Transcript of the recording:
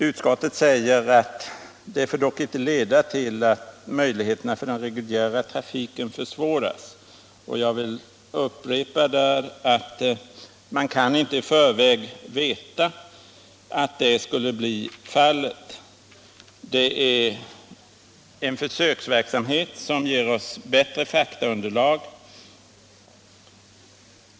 Utskottet säger vidare: ”Detta får dock inte leda till att möjligheterna för den reguljära trafiken försvåras.” Jag vill upprepa att man icke i förväg kan veta att så skulle bli fallet. Det är fråga om en försöksverksamhet, som skulle ge oss ett bättre faktaunderlag.